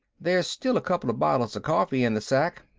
there's still a couple of bottles of coffee in the sack.